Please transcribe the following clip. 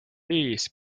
please